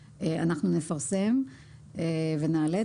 לפרסם, אנחנו נפרסם ונעלה.